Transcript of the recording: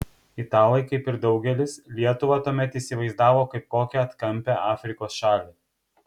italai kaip ir daugelis lietuvą tuomet įsivaizdavo kaip kokią atkampią afrikos šalį